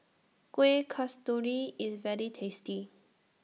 Kueh Kasturi IS very tasty